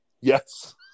Yes